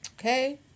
okay